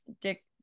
dick